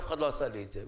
פברואר לעסקים החדשים.